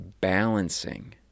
Balancing